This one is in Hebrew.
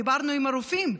דיברנו עם הרופאים,